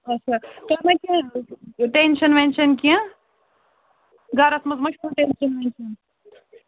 اَچھا تُہۍ ما کیٚنٛہہ ٹٮ۪نٛشن وٮ۪نٛشن کیٚنٛہہ گرس منٛز ما چھُ ٹٮ۪نشن وٮ۪نشن